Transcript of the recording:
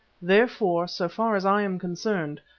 therefore, so far as i am concerned,